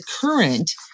current